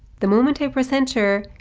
the moment i press enter,